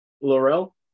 Laurel